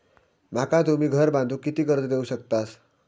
माका तुम्ही घर बांधूक किती कर्ज देवू शकतास?